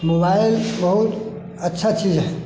mobile बहुत अच्छा चीज है